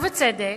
ובצדק,